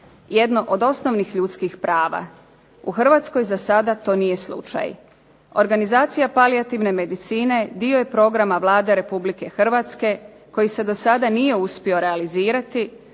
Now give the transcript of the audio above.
jedno od osnovnih ljudskih prava. U Hrvatskoj za sada to nije slučaj. Organizacija palijativne medicine dio je programa Vlade Republike Hrvatske koji se do sada nije uspio realizirati,